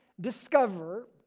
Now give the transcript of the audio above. discover